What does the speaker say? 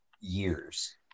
years